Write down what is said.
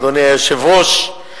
אדוני היושב-ראש,